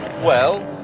well,